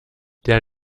der